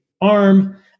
arm